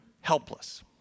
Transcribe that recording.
helpless